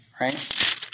right